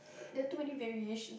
ya too many various